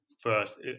first